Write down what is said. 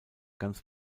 ganz